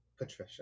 Patricia